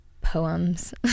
poems